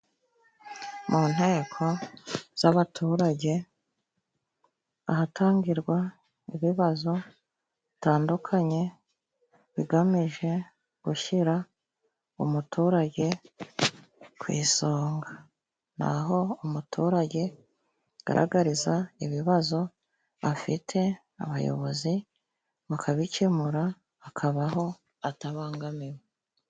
Mu nteko z'abaturage ahatangirwa ibibazo bitandukanye bigamije gushyira umuturage ku isonga. Ni aho umuturage agaragariza ibibazo afite, abayobozi bakabikemura akabaho atabangamiwe.